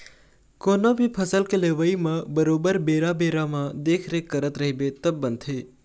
कोनो भी फसल के लेवई म बरोबर बेरा बेरा म देखरेख करत रहिबे तब बनथे